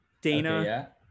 dana